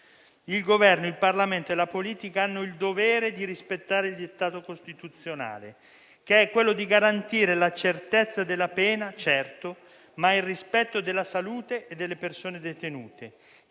Il Governo, il Parlamento e la politica hanno il dovere di rispettare il dettato costituzionale, che è sicuramente quello di garantire la certezza della pena, ma anche il rispetto della salute delle persone detenute.